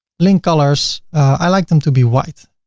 link colors i like them to be white.